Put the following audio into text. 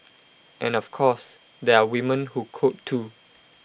and of course there are women who code too